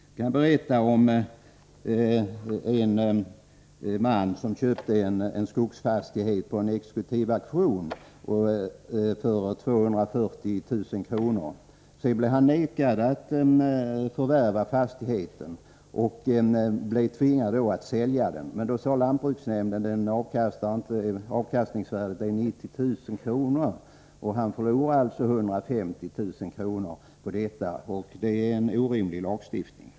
Jag kan berätta om en man som köpte en skogsfastighet för 240 000 kr. på en exekutiv auktion. Sedan vägrades han tillstånd att förvärva fastigheten, och han blev då tvingad att sälja den. Lantbruksnämnden sade då att avkastningsvärdet var 90 000 kr. Han förlorade alltså 150 000 kr. på detta. Det är en orimlig lagstiftning.